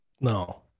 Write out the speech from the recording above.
No